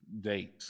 date